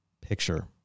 picture